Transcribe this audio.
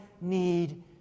need